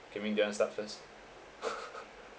Kian Ming do you want to start first